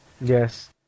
Yes